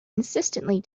insistently